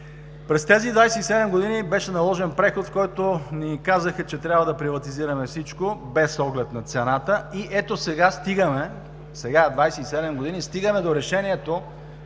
През тези 27 години беше наложен преход и ни казаха, че трябва да приватизираме всичко, без оглед на цената и сега, след 27 години, стигаме до решението,